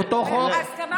אותו חוק?